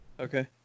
Okay